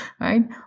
right